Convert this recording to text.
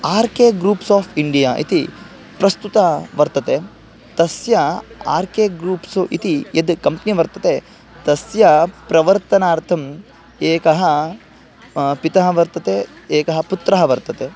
R K groups of India इति प्रस्तुतं वर्तते तस्य आर् के ग्रूप्सु इति यद् कम्पनी वर्तते तस्य प्रवर्तनार्थम् एकः पिता वर्तते एकः पुत्रः वर्तते